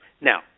Now